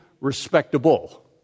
respectable